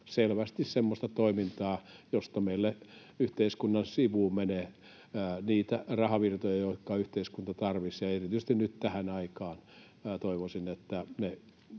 selvästi semmoista toimintaa, josta meille yhteiskunnan sivuun menee niitä rahavirtoja, joita yhteiskunta tarvitsee erityisesti nyt tähän aikaan. Toivoisin, että